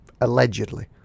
Allegedly